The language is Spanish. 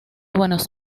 buenos